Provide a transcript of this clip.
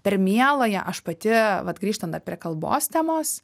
per mieląją aš pati vat grįžtant dar prie kalbos temos